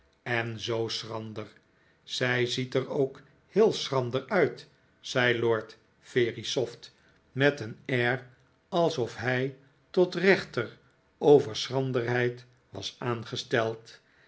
en zoo schrander zij ziet er ook heel schrander uit zei lord verisopht met een air alsof hij tot rechter over schranderheid was aangesteld